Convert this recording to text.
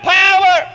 power